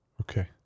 Okay